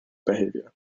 behavior